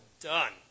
done